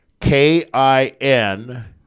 K-I-N